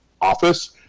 office